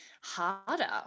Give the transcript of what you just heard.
harder